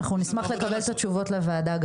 אנחנו נשמח לקבל את התשובות גם לוועדה,